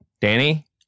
Danny